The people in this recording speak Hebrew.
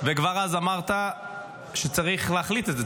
וכבר אז אמרת שצריך להחליט על זה,